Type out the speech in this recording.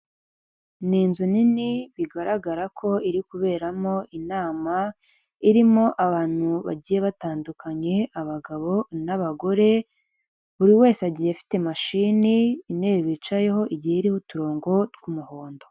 Ni inzu nini bigaragara ko iri kuberamo inama irimo abantu bagiye batandukanye abagabo n'abagore buri wese agiye afite mashini intebe bicayeho igihe iriho uturongo tw'umuhondo.